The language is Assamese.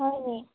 হয় নি